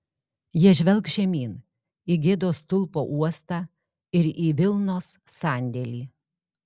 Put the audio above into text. jie žvelgs žemyn į gėdos stulpo uostą ir į vilnos sandėlį